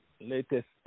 Latest